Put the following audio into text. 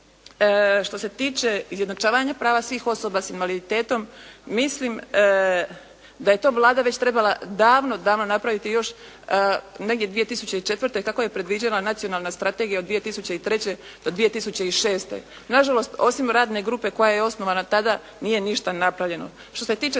što se tiče izjednačavanja prava svih osoba sa invaliditetom mislim da je to Vlada već trebala davno, davno napraviti još negdje 2004. kako je predviđala Nacionalna strategija od 2003. do 2006. Na žalost, osim radne grupe koja je osnovana tada nije ništa napravljeno. Što se tiče